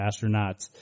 astronauts